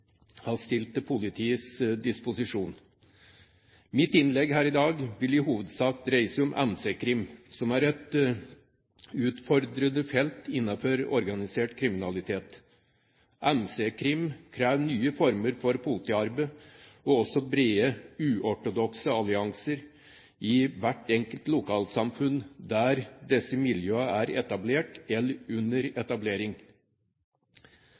politiets disposisjon. Mitt innlegg her i dag vil i hovedsak dreie seg om MC-kriminalitet, som er et utfordrende felt innenfor organisert kriminalitet. MC-kriminalitet krever nye former for politiarbeid og også brede, uortodokse allianser i hvert enkelt lokalsamfunn der disse miljøene er etablert eller under etablering.